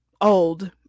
old